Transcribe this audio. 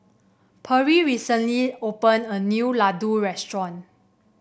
Perri recently opened a new laddu restaurant